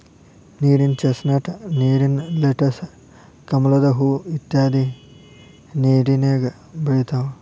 ನೇರಿನ ಚಸ್ನಟ್, ನೇರಿನ ಲೆಟಸ್, ಕಮಲದ ಹೂ ಇತ್ಯಾದಿ ನೇರಿನ್ಯಾಗ ಬೆಳಿತಾವ